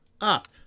up